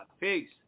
Peace